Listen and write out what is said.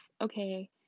okay